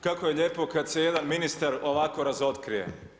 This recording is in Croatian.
Kako je lijepo kada se jedan ministar ovako razotkrije.